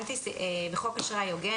74.תיקון חוק אשראי הוגן